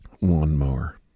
lawnmower